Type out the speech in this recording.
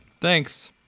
Thanks